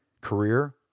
career